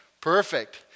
Perfect